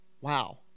Wow